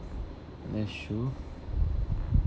that's true